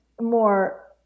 more